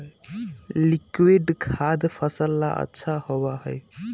liquid खाद फसल ला अच्छा होबा हई